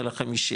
אלא חמישי,